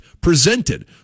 presented